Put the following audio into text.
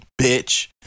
bitch